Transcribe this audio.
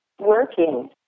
working